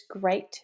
great